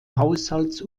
haushalts